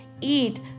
eat